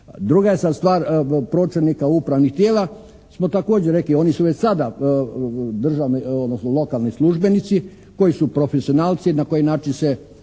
Druga je sada stvar pročelnika upravnih tijela, to smo također oni su već sada lokalni službenici koji su profesionalci na koji način se,